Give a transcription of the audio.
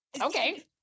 okay